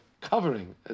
covering